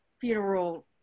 funeral